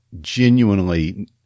genuinely